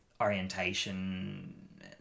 orientation